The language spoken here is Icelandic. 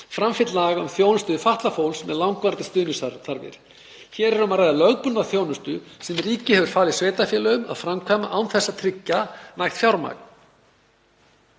framfylgd laga um þjónustu við fatlað fólk með langvarandi stuðningsþarfir. Hér er um að ræða lögbundna þjónustu sem ríkið hefur falið sveitarfélögum að framkvæma án þess að tryggja nægt fjármagn.